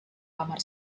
kamar